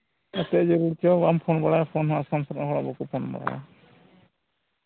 ᱪᱮᱫ ᱡᱟᱹᱨᱩᱲ ᱪᱚᱝ ᱵᱟᱢ ᱯᱷᱳᱱ ᱵᱟᱲᱟᱭᱟ ᱯᱷᱳᱱ ᱦᱚᱸ ᱟᱥᱟᱢ ᱥᱤᱱᱤᱡ ᱦᱚᱲ ᱦᱚᱸ ᱵᱟᱠᱚ ᱯᱷᱳᱱ ᱵᱟᱲᱟᱭᱟ